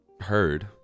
heard